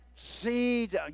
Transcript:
seeds